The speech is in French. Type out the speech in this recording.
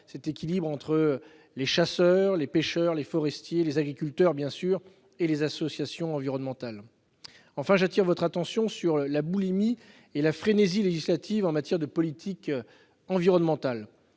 réel équilibre entre les chasseurs, les pêcheurs, les forestiers, les agriculteurs et les associations environnementales. Enfin, j'appelle votre attention sur la boulimie ou la frénésie législative en matière de politique environnementale.